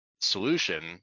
solution